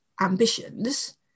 ambitions